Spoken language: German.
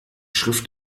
schrift